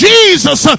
Jesus